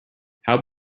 how